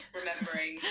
remembering